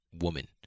woman